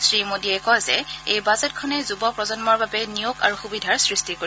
শ্ৰীমোডীয়ে কয় যে এই বাজেটখনে যুৱ প্ৰজন্মৰ বাবে নিয়োগ সুবিধাৰ সৃষ্টি কৰিব